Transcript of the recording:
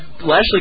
Lashley